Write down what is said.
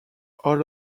all